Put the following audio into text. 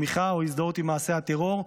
תמיכה או הזדהות עם מעשה הטרור,